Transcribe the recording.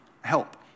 help